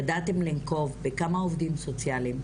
ידעתם לנקוב בכמה עובדים סוציאליים,